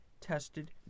tested